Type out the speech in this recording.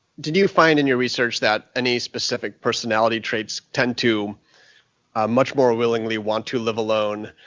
did you find in your research that any specific personality traits tend to much more willingly want to live alone,